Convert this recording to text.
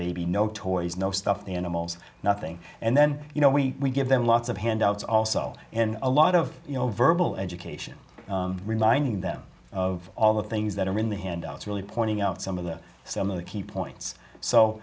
baby no toys no stuffed animals nothing and then you know we give them lots of handouts also and a lot of you know verbal education reminding them of all the things that are in the handouts really pointing out some of the some of the key points so